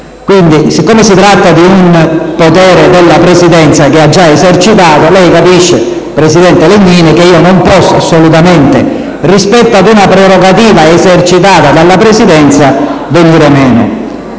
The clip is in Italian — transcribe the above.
Quindi, siccome si tratta di un potere della Presidenza che è già stato esercitato, lei capisce, presidente Legnini, che non posso assolutamente, rispetto ad una prerogativa esercitata dalla Presidenza, venire meno.